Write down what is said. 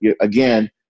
again